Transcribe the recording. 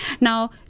Now